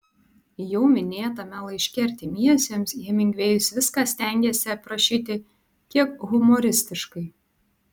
jau minėtame laiške artimiesiems hemingvėjus viską stengėsi aprašyti kiek humoristiškai